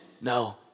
No